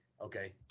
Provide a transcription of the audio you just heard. okay